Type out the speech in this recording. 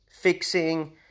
fixing